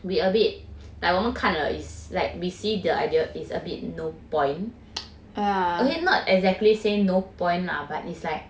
we a bit like 我们看了 is like we see the idea is a bit no point okay not exactly say no point lah but it's like